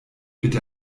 bitte